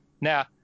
now